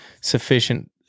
sufficient